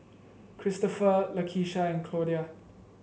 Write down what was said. Kristoffer Lakesha and Claudia